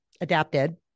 adapted